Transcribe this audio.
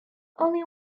only